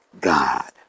God